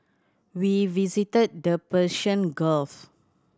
we visited the Persian Gulf